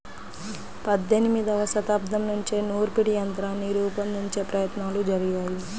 పద్దెనిమదవ శతాబ్దం నుంచే నూర్పిడి యంత్రాన్ని రూపొందించే ప్రయత్నాలు జరిగాయి